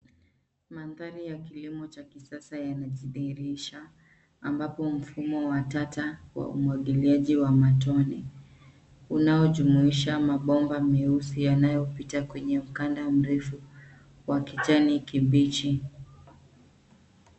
Mandhari ya kilimo cha kisasa yanajidhihirisha, ambapo mfumo wa tata wa umwangiliaji wa matone unaojumuisha mabomba meusi yanayopita kwenye mkanda mrefu wa kijani kibichi.